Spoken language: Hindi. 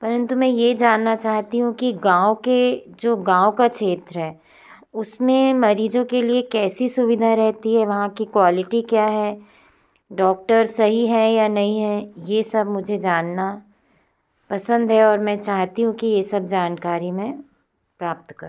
परन्तु मैं ये जानना चाहती हूँ कि गाँव के जो गाँव का क्षेत्र है उसमें मरीज़ों के लिए कैसी सुविधा रहती है वहाँ की क्वालिटी क्या है डॉक्टर्ज़ सही है या नही हैं ये सब मुझे जानना पसंद है और मैं चाहती हूँ कि ये सब जानकारी मैं प्राप्त करूँ